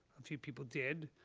a few people did,